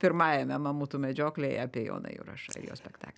pirmajame mamutų medžioklėje apie joną jurašą ir jo spektaklį